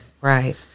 Right